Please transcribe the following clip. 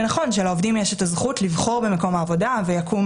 ונכון שלעובדים יש את הזכות לבחור במקום העבודה ויקום